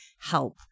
help